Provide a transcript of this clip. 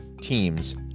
teams